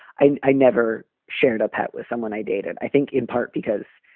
i i never shared a pet with someone i dated. i think in part because